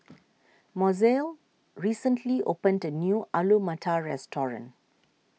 Mozelle recently opened the new Alu Matar restaurant